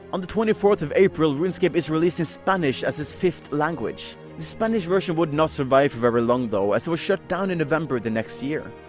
on the twenty fourth of april, runescape is released spanish as its fifth language. the spanish version would not survive very long though as it was shut down in november the next year.